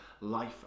life